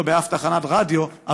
באף תחנת רדיו,